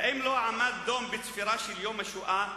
האם לא עמד דום בצפירה של יום השואה?